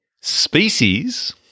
Species